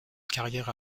carrière